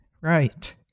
Right